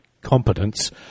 competence